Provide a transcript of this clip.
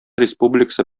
республикасы